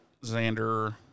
Xander